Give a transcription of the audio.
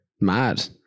Mad